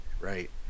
Right